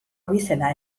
abizena